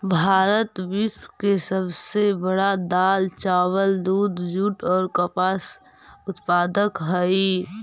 भारत विश्व के सब से बड़ा दाल, चावल, दूध, जुट और कपास उत्पादक हई